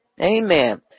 amen